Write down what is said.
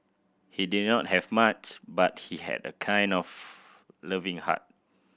he did not have much but he had a kind of loving heart